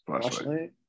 Flashlight